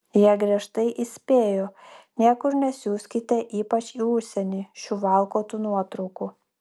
jie griežtai įspėjo niekur nesiųskite ypač į užsienį šių valkatų nuotraukų